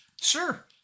Sure